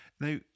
now